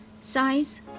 size